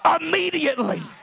immediately